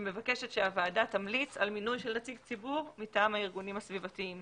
שמבקשים שהוועדה תמליץ על מינוי של נציג ציבור מטעם הארגונים הסביבתיים.